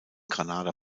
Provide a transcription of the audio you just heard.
granada